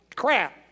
crap